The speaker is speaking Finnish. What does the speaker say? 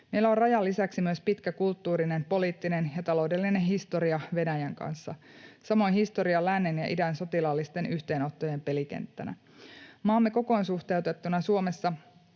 Meillä on rajan lisäksi myös pitkä kulttuurinen, poliittinen ja taloudellinen historia Venäjän kanssa. Samoin historia lännen ja idän sotilaallisten yhteenottojen pelikenttänä. Maamme kokoon suhteutettuna Suomessa